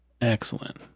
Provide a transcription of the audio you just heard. Excellent